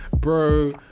bro